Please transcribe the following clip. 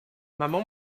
maman